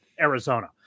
Arizona